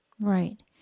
Right